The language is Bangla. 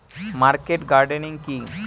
মার্কেট গার্ডেনিং কি?